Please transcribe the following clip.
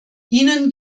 ihnen